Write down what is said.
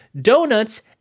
donuts